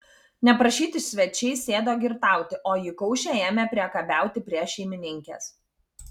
neprašyti svečiai sėdo girtauti o įkaušę ėmė priekabiauti prie šeimininkės